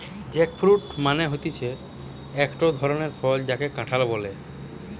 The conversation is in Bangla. জ্যাকফ্রুট মানে হতিছে একটো ধরণের ফল যাকে কাঁঠাল বলে